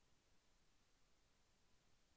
పంట భీమా చేయుటవల్ల లాభాలు ఏమిటి?